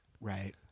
Right